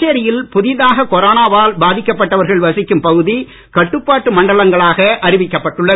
புதுச்சேரியில் புதிதாக கொரோனாவால் பாதிக்கப்பட்டவர்கள் வசிக்கும் பகுதி கட்டுப்பாட்டு மண்டலங்களாக அறிவிக்கப்பட்டுள்ளது